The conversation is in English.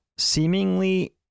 Seemingly